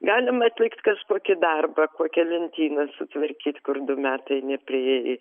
galima atlikt kažkokį darbą kokią lentyną sutvarkyt kur du metai nepriėjai